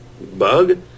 bug